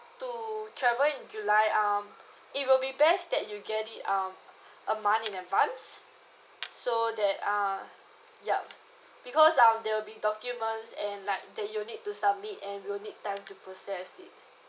to travel in july um it will be best that you get it um a month in advance so that uh yup because um there will be documents and like that you'll need to submit and we'll need time to process it